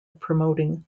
promoting